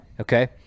okay